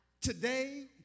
Today